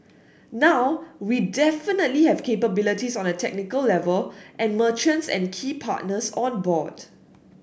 now we definitely have capabilities on a technical level and merchants and key partners on board